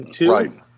Right